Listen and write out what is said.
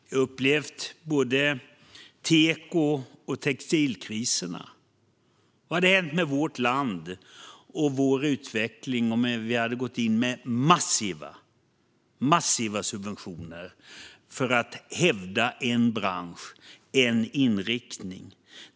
Jag har upplevt teko och textilkriserna. Vad hade hänt med vårt land och vår utveckling om vi hade gått in med massiva subventioner för att hävda en bransch och en inriktning?